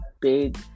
big